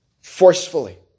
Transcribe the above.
forcefully